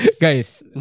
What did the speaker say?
guys